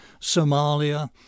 Somalia